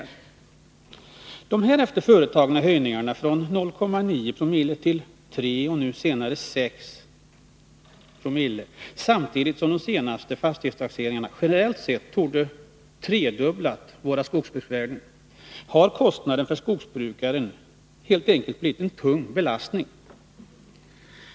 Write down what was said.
Genom de därefter företagna höjningarna från 0,9 cc till 3 Ko och nu senast 6 Zoo, samtidigt som den senaste fastighetstaxeringen generellt sett torde tredubbla våra skogsbruksvärden, har kostnaden för skogsbrukaren helt enkelt blivit en tung belastning.